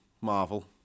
Marvel